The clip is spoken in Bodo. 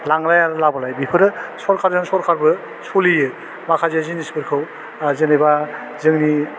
लांलाय आरो लाबोलाइ बेफोरो सरकारजों सरकारबो सलियो माखासे जिनिसफोरखौ आह जेनेबा जोंनि